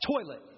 toilet